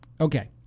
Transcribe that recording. Okay